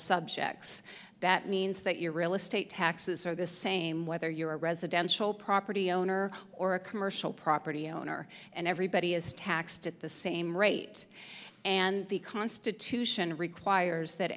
subjects that means that your real estate taxes are the same whether you're a residential property owner or a commercial property owner and everybody is taxed at the same rate and the constitution requires that